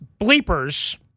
bleepers